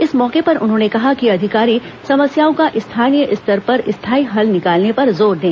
इस मौके पर उन्होंने कहा कि अधिकारी समस्याओं का स्थानीय स्तर पर स्थाई हल निकालने पर जोर दें